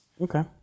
Okay